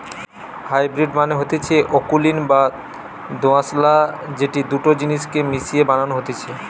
hybrid মানে হতিছে অকুলীন বা দোআঁশলা যেটি দুটা জিনিস কে মিশিয়ে বানানো হতিছে